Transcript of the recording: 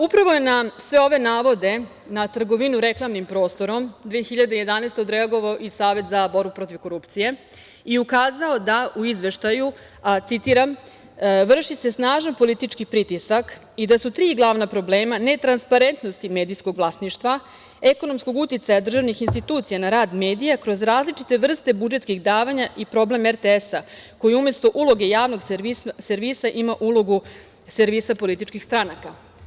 Upravo je na sve ove navode, na trgovinu reklamnim prostorom 2011. godine odreagovao i Savet za borbu protiv korupcije i ukazao u izveštaju, citiram - vrši se snažan politički pritisak i da su tri glavna problema netransparentnosti medijskog vlasništva, ekonomskog uticaja državnih institucija na rad medija kroz različite vrste budžetskih davanja i problem RTS-a, koji umesto uloge javnog servisa ima ulogu servisa političkih stranaka.